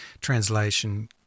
translation